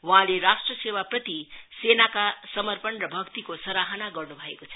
वहाँले राष्ट्रिसेवाप्रति सेनाका समर्पण र भक्तिको सराहना गर्नु भएको छ